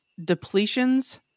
depletions